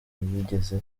ntiyigeze